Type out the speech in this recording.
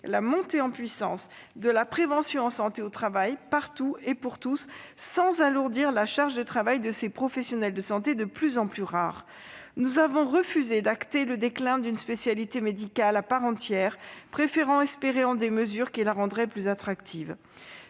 la montée en puissance de la prévention en santé au travail partout et pour tous, sans alourdir la charge de travail de ces professionnels de santé, de plus en plus rares. Nous avons refusé d'acter le déclin d'une spécialité médicale à part entière, préférant placer nos espoirs dans des mesures qui la rendraient plus attractive.